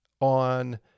on